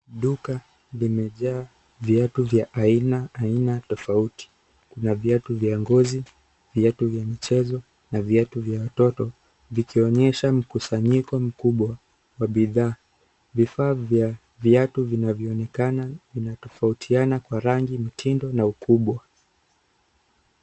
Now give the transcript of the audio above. Duka limejaa viatu vya aina tofautitofauti. kuna viatu vya ngozi, viatu vya mchezo na viatu vya watoto, vikionyesha mkusanyiko wa bidhaa. Vifaa vya viatu vinaonekana vina tofautiana kwa rangi, mtindo na ukubwa.